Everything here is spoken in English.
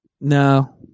No